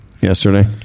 Yesterday